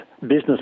business